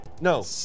No